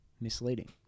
misleading